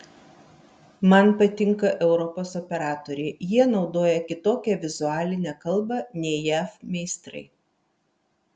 man patinka europos operatoriai jie naudoja kitokią vizualinę kalbą nei jav meistrai